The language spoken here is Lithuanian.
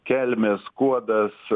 kelmė skuodas